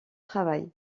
travaille